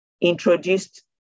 introduced